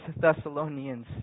Thessalonians